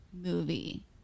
movie